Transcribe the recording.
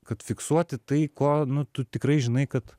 kad fiksuoti tai ko tu tikrai žinai kad